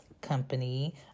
company